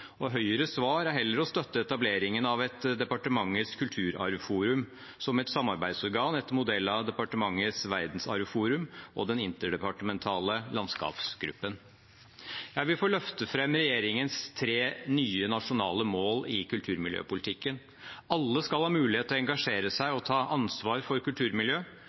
Høyres svar er heller å støtte etableringen av et departementets kulturarvforum, som et samarbeidsorgan etter modell av departementets verdensarvforum og den interdepartementale landskapsgruppen. Jeg vil få løfte fram regjeringens tre nye nasjonale mål i kulturmiljøpolitikken: Alle skal ha mulighet til å engasjere seg og ta ansvar for